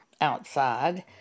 outside